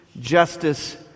justice